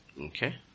Okay